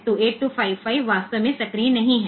तो 8255 वास्तव में सक्रिय नहीं है